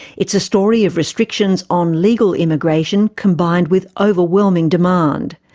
it's a story of restrictions on legal immigration combined with overwhelming demand.